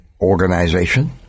Organization